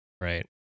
Right